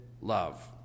love